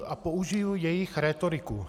A použiju jejich rétoriku.